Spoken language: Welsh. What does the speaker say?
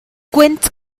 gwynt